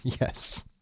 Yes